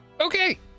Okay